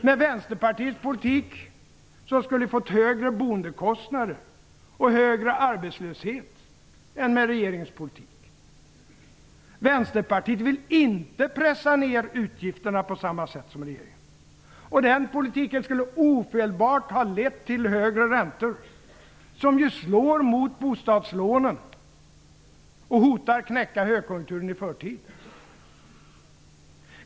Med Vänsterpartiets politik skulle vi fått högre boendekostnader och högre arbetslöshet än med regeringens politik. Vänsterpartiet vill inte pressa ner utgifterna på samma sätt som regeringen. Vänsterpartiets politik skulle ofelbart ha lett till högre räntor, som ju slår mot bostadslånen och hotar att knäcka högkonjunkturen i förtid.